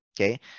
Okay